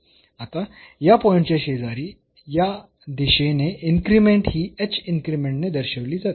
आता या पॉईंटच्या शेजारी या दिशेने इन्क्रीमेंट ही h इन्क्रीमेंटने दर्शविली जाते